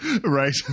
right